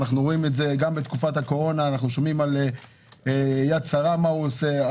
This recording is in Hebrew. גם בתקופת הקורונה אנו רואים יד שרה מה עושה.